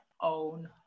own